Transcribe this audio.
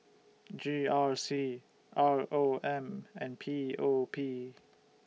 G R C R O M and P O P